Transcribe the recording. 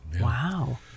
wow